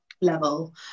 level